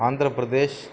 Andhra Pradesh